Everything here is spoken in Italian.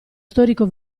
storico